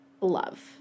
Love